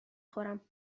خورم